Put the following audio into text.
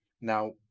Now